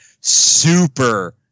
super